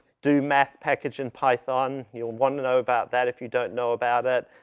do math package in python. you'll want to know about that. if you don't know about it.